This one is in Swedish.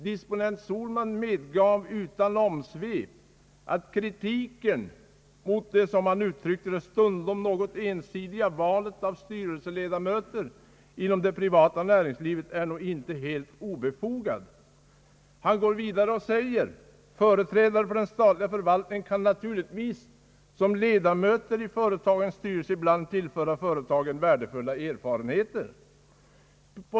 Disponent Sohlman medgav utan omsvep att »kritiken mot det stundom något ensidiga valet av styrelseledamöter inom det privata näringslivet är nog inte helt obefogad», Han säger vidare: »Företrädare för den statliga förvaltningen kan naturligtvis som ledamöter i företagens styrelser ibland tillföra företagen värdefulla erfarenheter.